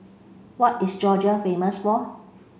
what is Georgia famous for